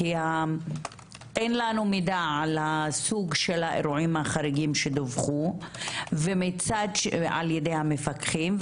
אין לנו מידע על סוג של האירועים החריגים שדווחו על-ידי המפקחים.